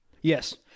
Yes